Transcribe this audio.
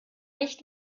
nicht